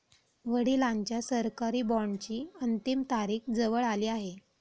वडिलांच्या सरकारी बॉण्डची अंतिम तारीख जवळ आली आहे